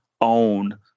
own